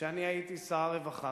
שאני הייתי שר רווחה,